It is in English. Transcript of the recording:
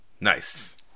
Nice